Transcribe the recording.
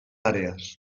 àrees